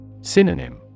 Synonym